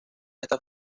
estas